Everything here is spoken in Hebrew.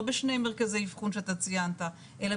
לא בשני מרכזי אבחון שאתה ציינת אלא